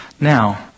Now